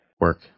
work